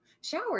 Shower